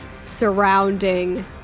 surrounding